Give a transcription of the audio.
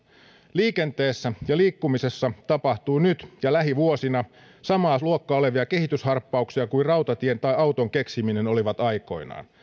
liikenteessä ja liikkumisessa tapahtuu nyt ja lähivuosina samaa luokkaa olevia kehitysharppauksia kuin rautatien tai auton keksiminen olivat aikoinaan